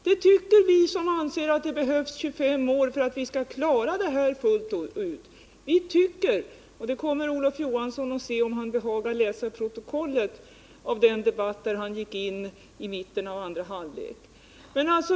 Det tycker vi som anser att det behövs 25 år för att klara att avveckla kärnkraften, och det skall Olof Johansson finna att vi krävt resurser för om han behagar läsa protokollet från den debatt där han gick in i mitten av andra halvlek.